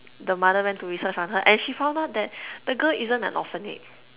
the mother went to research on her and she found out that the girl isn't an orphanage